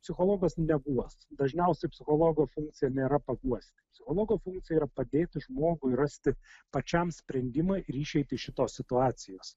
psichologas neguos dažniausiai psichologo funkcija nėra papuošto psichologo funkcija yra padėti žmogui rasti pačiam sprendimą ir išeitį iš šitos situacijos